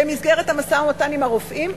במסגרת המשא-ומתן עם הרופאים,